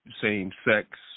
same-sex